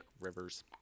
rivers